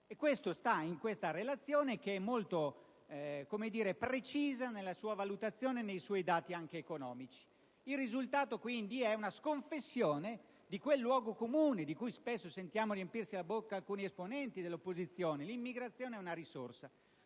contenuto in una relazione molto precisa nella sua valutazione e nei suoi dati anche economici. Il risultato quindi è una sconfessione di quel luogo comune, di cui spesso sentiamo riempirsi la bocca alcuni esponenti dell'opposizione, secondo cui l'immigrazione è una risorsa.